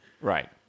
Right